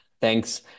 Thanks